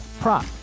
prop